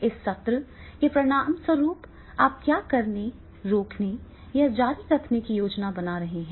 इस सत्र के परिणामस्वरूप आप क्या करने रोकने या जारी रखने की योजना बना रहे हैं